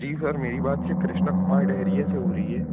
जी sir मेरी बात स्री कृष्णा कुमार डेहरिया से हो रही है